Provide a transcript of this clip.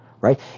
right